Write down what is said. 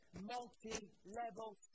multi-level